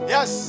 Yes